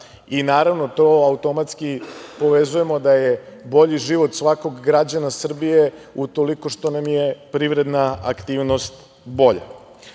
Naravno, to automatski povezujemo da je bolji život svakog građanina Srbije utoliko što nam je privredna aktivnost bolja. Mi